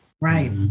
Right